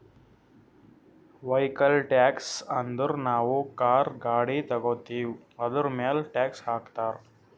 vehicle tax ಅಂದುರ್ ನಾವು car, ಗಾಡಿ ತಗೋತ್ತಿವ್ ಅದುರ್ಮ್ಯಾಲ್ ಟ್ಯಾಕ್ಸ್ ಹಾಕ್ತಾರ್